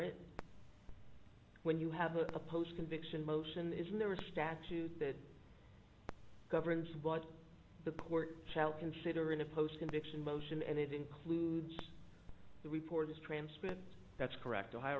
it when you have a post conviction motion isn't there a statute that governs what the court shall consider in a post conviction motion and it includes the report as transparent that's correct ohio